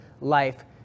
Life